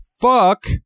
Fuck